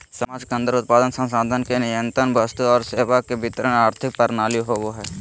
समाज के अन्दर उत्पादन, संसाधन के नियतन वस्तु और सेवा के वितरण आर्थिक प्रणाली होवो हइ